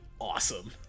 awesome